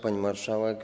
Pani Marszałek!